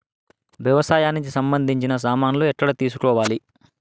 వ్యవసాయానికి సంబంధించిన సామాన్లు ఎక్కడ తీసుకోవాలి?